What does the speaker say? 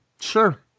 Sure